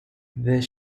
this